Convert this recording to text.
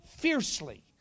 fiercely